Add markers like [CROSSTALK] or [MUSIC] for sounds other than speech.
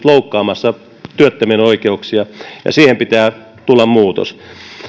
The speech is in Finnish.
[UNINTELLIGIBLE] loukkaamassa työttömien oikeuksia ja siihen pitää tulla muutos